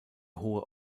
hohe